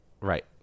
Right